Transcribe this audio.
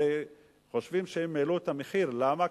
הרי חושבים שאם העלו את המחיר, למה?